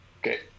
Okay